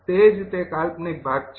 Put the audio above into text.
તે જ તે કાલ્પનિક ભાગ છે